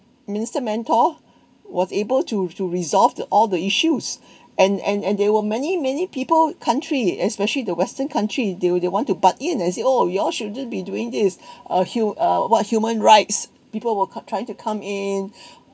minister mentor was able to to resolve all the issues and and and there were many many people country especially the western country they they want to butt in as it oh you all shouldn't be doing this uh hu~ uh what human rights people were caught trying to come in